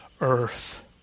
earth